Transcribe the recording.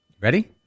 Ready